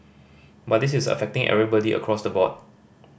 but this is affecting everybody across the board